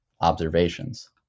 observations